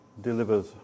delivers